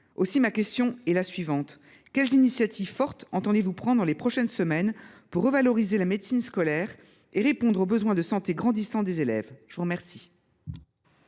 ma question est la suivante : quelles initiatives fortes entendez vous prendre dans les prochaines semaines pour revaloriser la médecine scolaire et répondre aux besoins de santé grandissants des élèves ? La parole